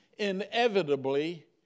inevitably